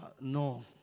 No